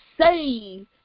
save